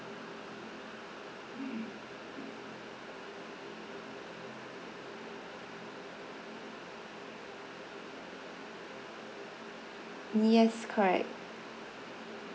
yes correct